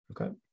Okay